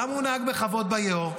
למה הוא נהג בכבוד ביאור?